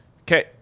Okay